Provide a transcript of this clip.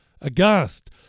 Aghast